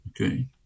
Okay